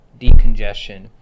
decongestion